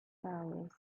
powers